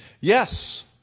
Yes